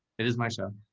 it is my show.